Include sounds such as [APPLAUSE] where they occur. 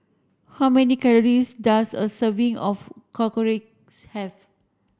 how many calories does a serving of Korokke [UNINTELLIGIBLE] have